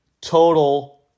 total